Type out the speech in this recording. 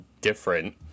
different